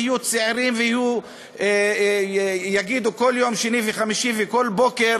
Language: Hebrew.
והצעירים יגידו כל שני וחמישי וכל בוקר,